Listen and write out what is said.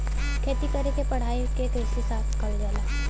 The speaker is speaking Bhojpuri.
खेती करे क पढ़ाई के कृषिशास्त्र कहल जाला